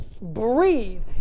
breathe